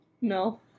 No